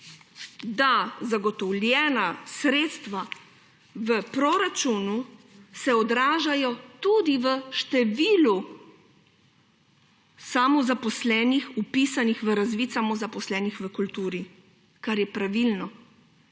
da zagotovljena sredstva v proračunu se odražajo tudi v številu samozaposlenih, vpisanih v razvid samozaposlenih v kulturi, kar je pravilno.